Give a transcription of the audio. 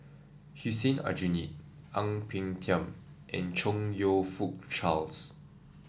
Hussein Aljunied Ang Peng Tiam and Chong You Fook Charles